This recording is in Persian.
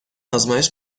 آزمایش